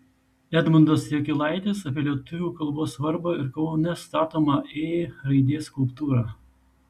edmundas jakilaitis apie lietuvių kalbos svarbą ir kaune statomą ė raidės skulptūrą